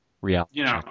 reality